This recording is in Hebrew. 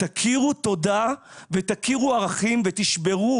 תכירו תודה ותכירו ערכים ותשברו